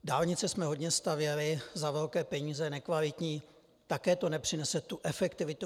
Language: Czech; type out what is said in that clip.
Dálnice jsme hodně stavěli za velké peníze, nekvalitní, také to nepřinese tu efektivitu.